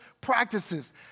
practices